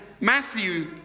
Matthew